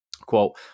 Quote